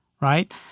right